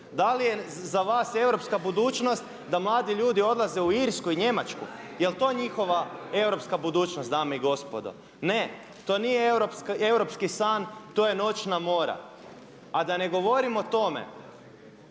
Da li je za vas europska budućnost da mladi ljudi odlaze u Irsku i Njemačku? Jel to njihova europska budućnost dame i gospodo? Ne, to nije europski san to je noćna mora. A da ne govorim o tome